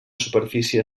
superfície